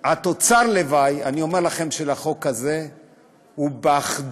אני אומר לכם שתוצר הלוואי של החוק הזה הוא אחדות